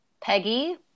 Peggy